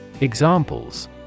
Examples